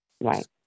Right